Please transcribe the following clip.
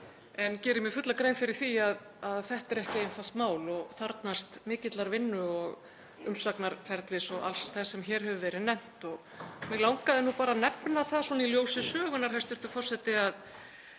en geri mér fulla grein fyrir því að þetta er ekki einfalt mál og þarfnast mikillar vinnu og umsagnarferlis og alls þess sem hér hefur verið nefnt. Mig langaði bara að nefna það svona í ljósi sögunnar, hæstv. forseti, að